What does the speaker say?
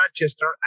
Manchester